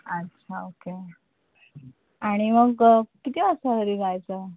अच्छा ओके आणि मग किती वाजता तरी जायचं